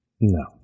No